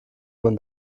man